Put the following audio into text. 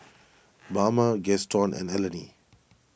Bama Gaston and Eleni